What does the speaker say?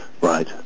Right